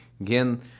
Again